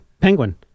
Penguin